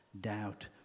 doubt